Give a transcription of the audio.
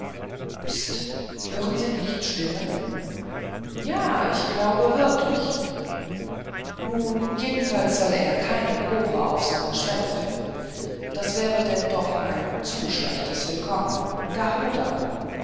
pst hören sie nicht stimmen ja ich glaube wirklich nun jedenfalls soll er keine kobra auf seiner schwelle finden das wäre denn doch ein zu schlechtes willkommen